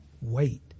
wait